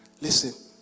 Listen